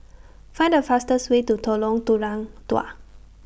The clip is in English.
Find The fastest Way to Dua